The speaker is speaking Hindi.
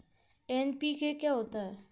एन.पी.के क्या होता है?